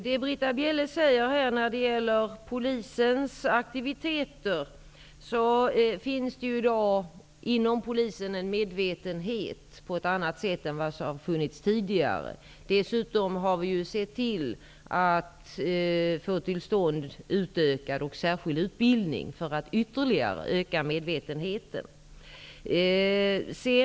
Fru talman! Beträffande det som Britta Bjelle säger om polisens aktivitet, vill jag säga att det i dag inom polisen finns en medvetenhet på ett annat sätt än tidigare. Dessutom har vi sett till att få till stånd utökad och särskild utbildning för att ytterligare öka medvetenheten.